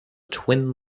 twin